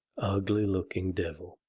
ugly-looking devil,